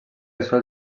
sols